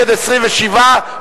משפטים ובתי-משפט,